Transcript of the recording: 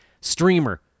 Streamer